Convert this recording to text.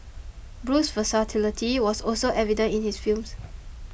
Bruce's versatility was also evident in his films